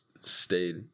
stayed